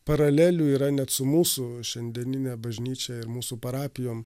paralelių yra net su mūsų šiandienine bažnyčia ir mūsų parapijom